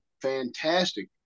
fantastic